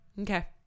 Okay